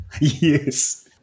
Yes